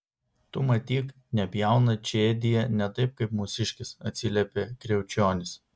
tu matyk nepjauna čėdija ne taip kaip mūsiškis atsiliepė kriaučionis